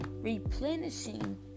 replenishing